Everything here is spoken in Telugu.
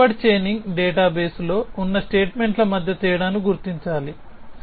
కాబట్టి బ్యాక్వర్డ్ చైనింగ్ డేటాబేస్లో ఉన్న స్టేట్మెంట్ల మధ్య తేడాను గుర్తించాలి